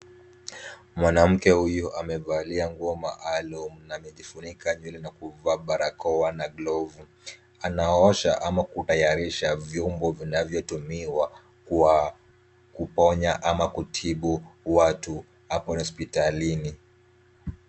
Mwanamke huyu amevalia nguo maalum na amejifunika nywele na kuvaa barakoa na glovu, anaosha ama kutayarisha vyombo vinavyotumiwa kuwaponya ama kutibu watu, ako hospitalini.